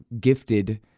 gifted